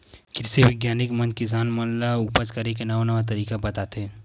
कृषि बिग्यानिक मन किसान मन ल उपज करे के नवा नवा तरकीब बताथे